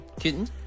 Kitten